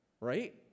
right